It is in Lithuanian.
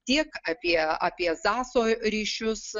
tiek apie apie zaso ryšius